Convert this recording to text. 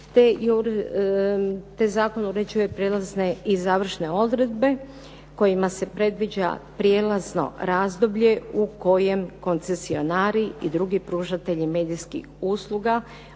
te zakon uređuje prijelazne i završne odredbe kojima se predviđa prijelazno razdoblje u kojem koncesionari i drugi pružatelji medijskih usluga